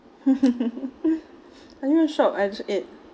I didn't even shop I just ate